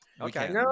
Okay